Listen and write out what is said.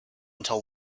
until